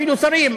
אפילו שרים,